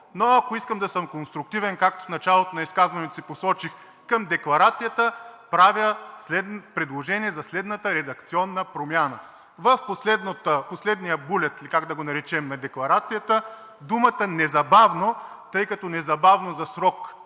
Но ако искам да съм конструктивен, както посочих в началото на изказването си, към Декларацията, правя предложение за следната редакционна промяна: В последния булет ли, как да го наречем, на Декларацията думата „незабавно“ – тъй като „незабавно“ за срок